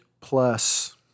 plus